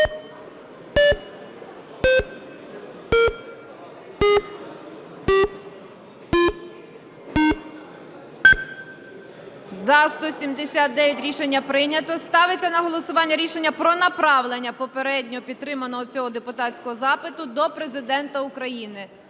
За-179 Рішення прийнято. Ставиться на голосування рішення про направлення попередньо підтриманого цього депутатського запиту до Президента України.